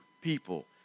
people